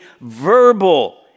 verbal